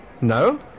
No